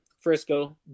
Frisco